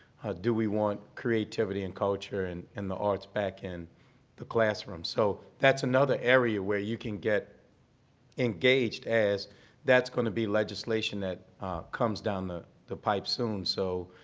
do we want creativity and culture and and the arts back in the classroom. so that's another area where you can get engaged as that's going to be legislation that comes down the the pipe soon. so